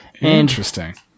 Interesting